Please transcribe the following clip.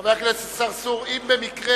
חבר הכנסת צרצור, אם במקרה